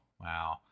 Wow